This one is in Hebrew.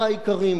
תודה רבה.